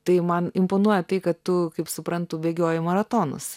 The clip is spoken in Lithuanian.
tai man imponuoja tai kad tu kaip suprantu bėgioji maratonus